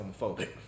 homophobic